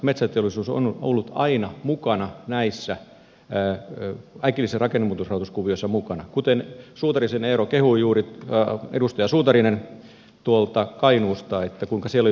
metsäteollisuus on ollut aina näissä äkillisen rakennemuutoksen rahoituskuvioissa mukana kuten edustaja eero suutari kehui juuri tuolta kainuusta kuinka siellä oli toimittu